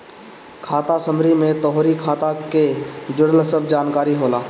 खाता समरी में तोहरी खाता के जुड़ल सब जानकारी होला